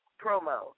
promo